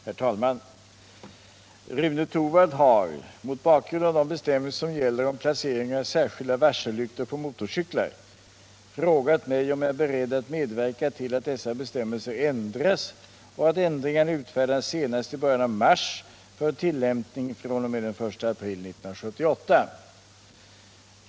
Herr talman! Rune Torwald har — mot bakgrund av de bestämmelser som gäller om placering av särskilda varsellyktor på motorcyklar — frågat mig om jag är beredd att medverka till att dessa bestämmelser ändras och att ändringarna utfärdas senast i början av mars för tillämpning fr.o.m. den 1 april 1978.